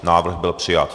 Návrh byl přijat.